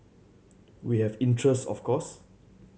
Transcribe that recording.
we have interest of course